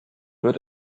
wird